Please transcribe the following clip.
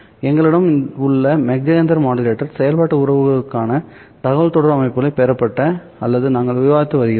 எங்களிடம் உள்ள Mach Zehnder modulator செயல்பாட்டு உறவுக்கான தகவல் தொடர்பு அமைப்புகளை பெறப்பட்ட அல்லது நாங்கள் விவாதித்து வருகிறோம்